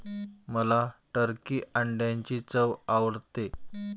मला टर्की अंड्यांची चव आवडते